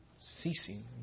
ceasing